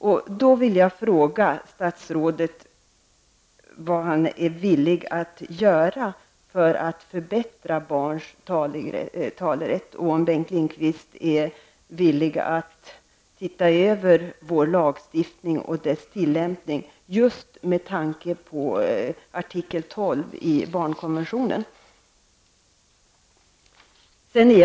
Vad vill statsrådet göra för att förbättra barns talerätt? Är Bengt Lindqvist villig att låta göra en översyn av lagstiftningen och dess tillämpning just med tanke på artikel. 12 i FN-konventionen om barnets rättigheter?